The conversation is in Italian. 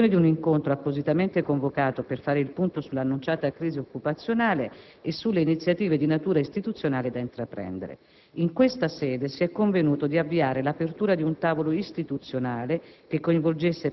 in occasione di un incontro appositamente convocato per fare il punto sull'annunciata crisi occupazionale e sulle iniziative di natura istituzionale da intraprendere. In questa sede si è convenuto di avviare l'apertura di un tavolo istituzionale